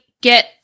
get